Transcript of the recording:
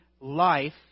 life